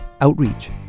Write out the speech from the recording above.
outreach